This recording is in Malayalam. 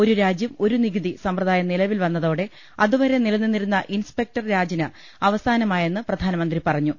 ഒരു രാജ്യം ഒരു നികുതി സമ്പ്രദായം നിലവിൽ വന്നതോടെ അതുവരെ നിലനിന്നിരുന്ന ഇൻസ്പെക്ടർ രാജിന് അവസാനമായെന്ന് പ്രധാനമ്പ്രി പറഞ്ഞു